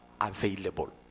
available